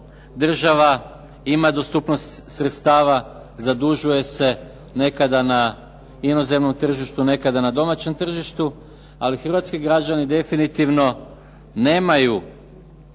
Država ima dostupnost sredstava, zadužuje se nekada na inozemnom tržištu, nekada na domaćem tržištu, ali hrvatski građani definitivno nemaju